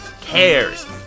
cares